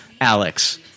Alex